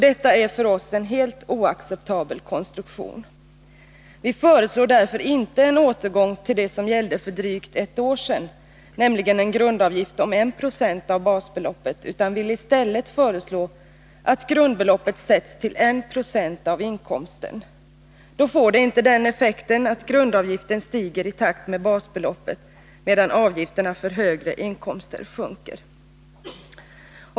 Detta är för oss en helt oacceptabel konstruktion. Vi föreslår därför inte en återgång till det som gällde för drygt ett år sedan, nämligen en grundavgift om 196 av basbeloppet, utan vill i stället föreslå att grundbeloppet sätts till 1 96 avinkomsten. Då får det inte den effekten, att grundavgiften stiger i takt med basbeloppet, medan avgifterna vid högre inkomster sjunker.